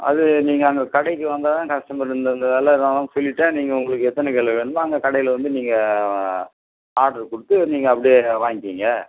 அது நீங்கள் அங்கே கடைக்கு வந்தால் தான் கஸ்டமர் இந்த இந்த வில தான்னு சொல்லிவிட்டேன் நீங்கள் உங்களுக்கு எத்தனை கிலோ வேணுமோ அங்கே கடையில் வந்து நீங்கள் ஆர்டர் கொடுத்து நீங்கள் அப்படியே வாங்கிக்கிங்க